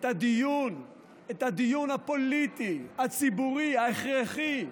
את הדיון הפוליטי הציבורי ההכרחי,